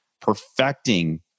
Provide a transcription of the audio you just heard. perfecting